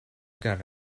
got